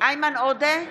איימן עודה,